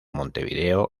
montevideo